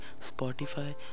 Spotify